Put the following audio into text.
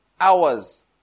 hours